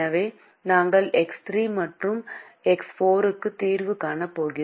எனவே நாங்கள் எக்ஸ் 3 மற்றும் எக்ஸ் 4 க்கு தீர்வு காணப் போகிறோம்